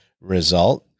result